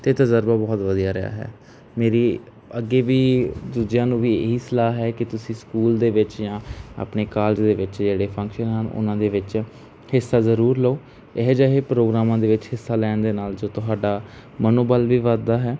ਤੇ ਤਜਰਬਾ ਬਹੁਤ ਵਧੀਆ ਰਿਹਾ ਹੈ ਮੇਰੀ ਅੱਗੇ ਵੀ ਦੂਜਿਆਂ ਨੂੰ ਵੀ ਇਹੀ ਸਲਾਹ ਹੈ ਕਿ ਤੁਸੀਂ ਸਕੂਲ ਦੇ ਵਿੱਚ ਜਾਂ ਆਪਣੇ ਕਾਲਜ ਦੇ ਵਿੱਚ ਜਿਹੜੇ ਫੰਕਸ਼ਨ ਹਨ ਉਹਨਾਂ ਦੇ ਵਿੱਚ ਹਿੱਸਾ ਜਰੂਰ ਲਓ ਇਹੋ ਜਿਹੇ ਪ੍ਰੋਗਰਾਮਾਂ ਦੇ ਵਿੱਚ ਹਿੱਸਾ ਲੈਣ ਦੇ ਨਾਲ ਜੋ ਤੁਹਾਡਾ ਮਨੋਬਲ ਵੀ ਵੱਧਦਾ ਹੈ